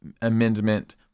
amendment